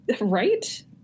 Right